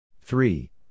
three